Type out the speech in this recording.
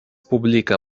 publika